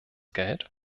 geld